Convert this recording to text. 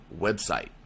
website